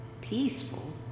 peaceful